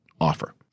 offer